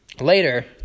later